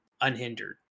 unhindered